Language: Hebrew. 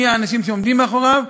מי האנשים שעומדים מאחוריו.